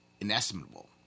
inestimable